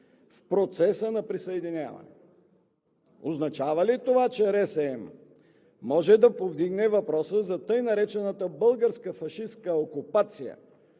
в процеса на присъединяване?! Означава ли това, че РСМ може да повдигне въпроса за така наречената българска фашистка окупация